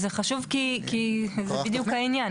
זה חשוב כי זה בדיוק העניין.